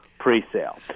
presale